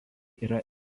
yra